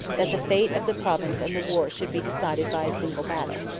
that the fate of the province and the war should be decided by a single battle.